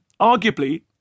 arguably